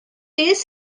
beth